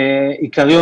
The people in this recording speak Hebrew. עיקריות,